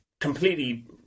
completely